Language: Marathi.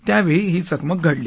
त्यावेळी ही चकमक घडली